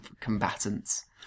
combatants